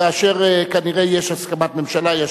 כאשר כנראה יש הסכמת הממשלה.